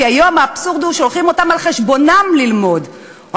כי היום האבסורד הוא ששולחים אותן ללמוד על חשבונן,